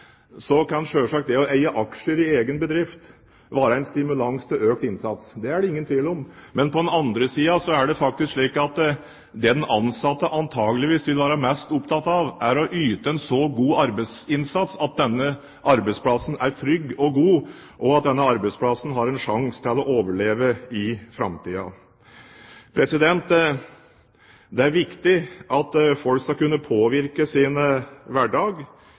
Så det er vel slik at dette fradraget kanskje ikke har vært lengst framme når det gjelder å stimulere på skattesiden. Samtidig tror jeg det er grunn til å understreke at for en arbeidstaker kan selvsagt det å eie aksjer i egen bedrift være en stimulans til økt innsats. Det er det ingen tvil om. Men på den andre siden er det faktisk slik at det den ansatte antakeligvis vil være mest opptatt av, er å yte en så god arbeidsinnsats at arbeidsplassen er trygg og god, og at